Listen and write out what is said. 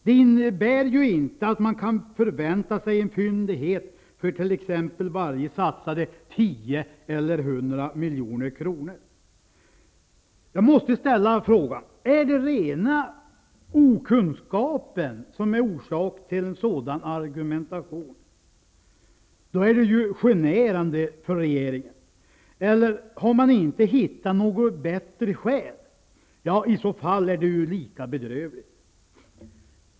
Det innebär ju inte att man kan förvänta sig en fyndighet för t.ex. varje satsade 10 Är det rena okunskapen som är orsak till en sådan argumentation? Då är det ju generande för regeringen. Eller har man inte hittat något bättre skäl? Ja, i så fall är det lika bedrövligt.